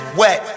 wet